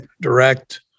direct